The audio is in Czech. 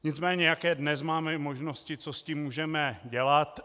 Nicméně jaké dnes máme možnosti, co s tím můžeme dělat.